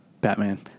Batman